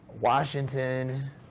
Washington